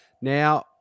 Now